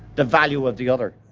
the value of the other.